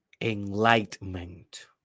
enlightenment